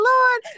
Lord